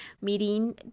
meeting